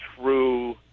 true